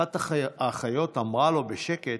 אחת האחיות אמרה לו בשקט